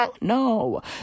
no